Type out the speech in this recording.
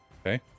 Okay